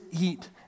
eat